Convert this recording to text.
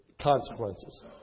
consequences